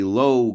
low